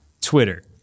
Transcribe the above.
Twitter